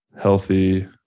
healthy